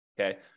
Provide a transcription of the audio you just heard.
okay